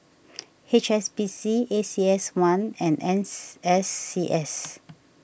H S B C A C S one and ens S C S